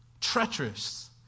treacherous